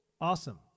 awesome